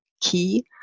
key